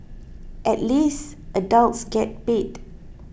at least adults get paid